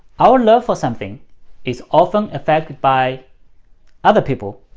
our love for something is often affected by other people,